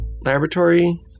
laboratory